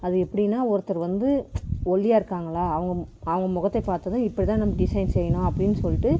அது எப்படின்னா ஒருத்தர் வந்து ஒல்லியாக இருக்காங்களா அவங்க அவங்க முகத்தை பார்த்ததும் இப்படி தான் நம்ம டிசைன் செய்யணும் அப்படின்னு சொல்லிட்டு